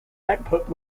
output